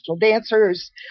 dancers